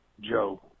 Joe